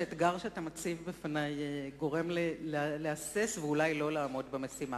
האתגר שאתה מציב בפני גורם לי להסס ואולי לא לעמוד במשימה.